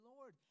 Lord